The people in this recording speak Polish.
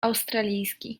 australijski